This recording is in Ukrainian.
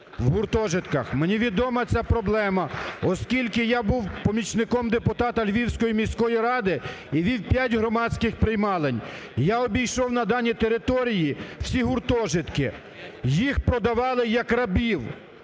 в гуртожитках. Мені відома ця проблема, оскільки я був помічником депутата Львівської міської ради і вів 5 громадських приймалень. Я обійшов на даній території всі гуртожитки, їх продавали як рабів